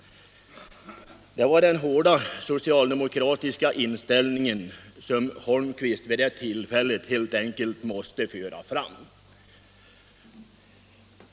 Det var den hårda socialdemokratiska inställningen som herr Holmqvist vid det tillfället helt enkelt måste föra fram.